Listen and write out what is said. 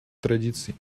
традиций